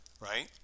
Right